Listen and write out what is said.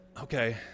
okay